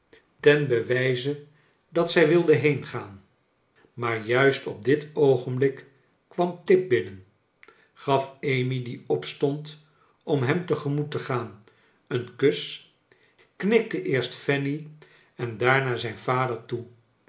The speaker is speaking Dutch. ten be wijze dat zij wild heengaan maar juist op dit oogenblik kwam tip binnen gaf amy die opstond om hem te gemoet te gaan een kns knikte eerst fanny en daarna zijn vader toe